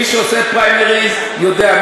מי שעושה פריימריז יודע,